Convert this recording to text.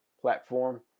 platform